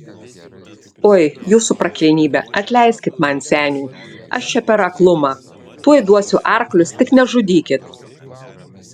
oi jūsų prakilnybe atleiskit man seniui aš čia per aklumą tuoj duosiu arklius tik nežudykit